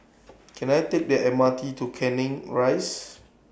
Can I Take The M R T to Canning Rise